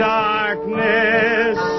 darkness